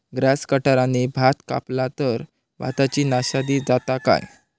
Grass कटराने भात कपला तर भाताची नाशादी जाता काय?